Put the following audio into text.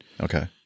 Okay